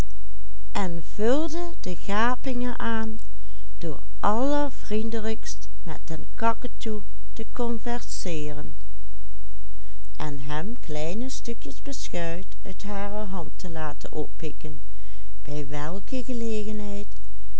allervriendelijkst met den kaketoe te converseeren en hem kleine stukjes beschuit uit hare hand te laten oppikken bij welke gelegenheid